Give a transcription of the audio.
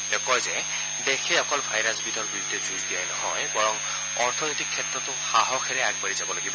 তেওঁ কয় যে দেশে অকল ভাইৰাছবিধৰ বিৰুদ্ধে যুঁজ দিয়াই নহয় বৰং অৰ্থনৈতিক ক্ষেত্ৰতো সাহসেৰে আগবাঢ়ি যাব লাগিব